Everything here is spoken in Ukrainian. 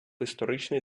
історичний